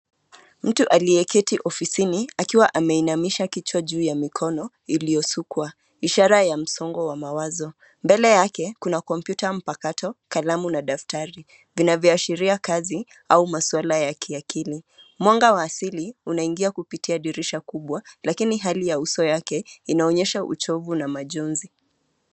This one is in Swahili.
Mtu aliyeketi ofisini akiwa ameinamisha kichwa juu ya mikono, iliyosukwa, ishara ya msongo wa mawazo, mbele yake kuna kompyuta mpakato, kalamu na daftari, vinavyoashiria kazi, au maswala ya kiakili, mwanga wa asili unaingia kupitia dirisha kubwa, lakini hali ya uso wake, inaonyesha uchovu na majonzi.